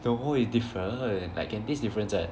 no it's different like can taste difference [one]